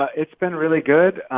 ah it's been really good.